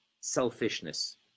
selfishness